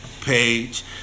page